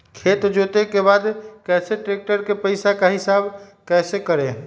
खेत जोते के बाद कैसे ट्रैक्टर के पैसा का हिसाब कैसे करें?